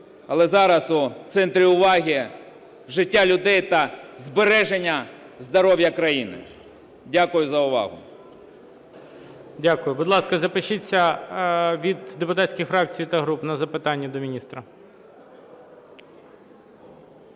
але зараз у центрі уваги життя людей та збереження здоров'я країни. Дякую за увагу. ГОЛОВУЮЧИЙ. Дякую. Будь ласка, запишіться від депутатських фракцій та груп на запитання до міністра.